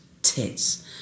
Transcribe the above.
tits